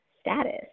status